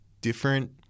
different